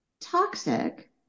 toxic